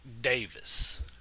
Davis